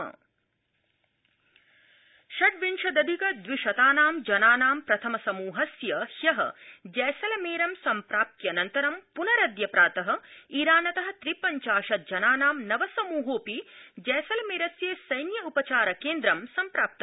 ईरान कोरोना षड्विंशदधिकद्विशतानां जनानां प्रथमसमूहस्य ह्य जैसलमर सम्प्राप्त्यनन्तरं अद्य प्रात ईरानत त्रिपञ्चाशत् जनानां नवसमूहोऽपि जैसलमस्त्रि सैन्य उपचार क्वि सम्प्राप्त